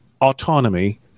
autonomy